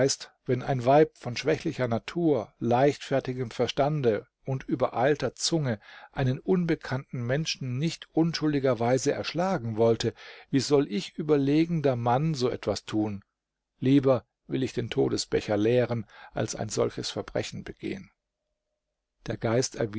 wenn ein weib von schwächlicher natur leichtfertigem verstande und übereilter zunge einen unbekannten menschen nicht unschuldigerweise erschlagen wollte wie soll ich überlegender mann so etwas tun lieber will ich den todesbecher leeren als ein solches verbrechen begehen der geist